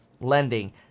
lending